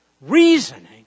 reasoning